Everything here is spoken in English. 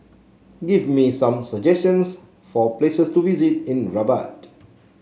give me some suggestions for places to visit in Rabat